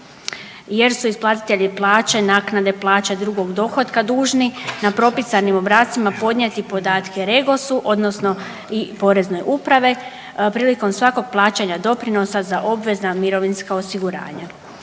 jer su isplatitelji plaće naknade plaće drugog dohotka dužni na propisanim obrascima podnijeti podatke REGOS-u odnosno i porezne uprave prilikom svakog plaćanja doprinosa za obvezna mirovinska osiguranja.